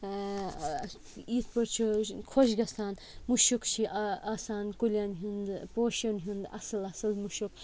یِتھ پٲٹھۍ چھُ خۄش گَژھان مُشُک چھِ آسان کُلٮ۪ن ہُنٛدۍ پوشَن ہُنٛدۍ اَصٕل اَصٕل مُشُک